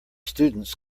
students